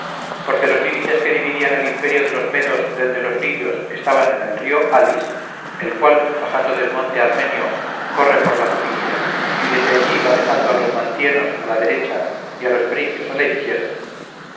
porque los límites que dividían el imperio de los medos del de los lidios estaban en el río halis el cual bajando del monte armenio corre por la cilicia y desde allí va dejando a los mantienos a la derecha y a los frigios a la izquierda